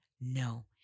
No